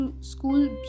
school